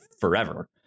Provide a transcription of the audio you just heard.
forever